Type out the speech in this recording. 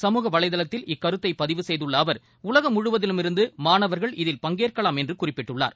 சமூக வலைதளத்தில் இக்கருத்தை பதிவு செய்துள்ள அவர் உலகம் முழுவதிலுமிருந்து மாணவர்கள் இதில் பங்கேற்கலாம் என்று குறிப்பிட்டுள்ளார்